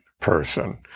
person